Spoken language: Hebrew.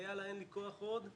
ויאללה אין לי כוח עוד,